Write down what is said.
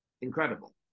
incredible